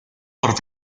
por